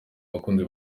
bakunzi